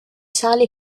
sali